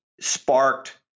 sparked